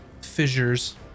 fissures